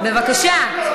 בבקשה.